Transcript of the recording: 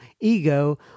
ego